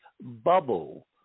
bubble